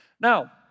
Now